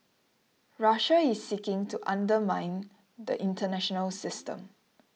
Russia is seeking to undermine the international system